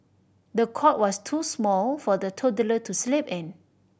the cot was too small for the toddler to sleep in